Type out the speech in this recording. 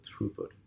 throughput